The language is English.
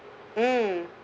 mm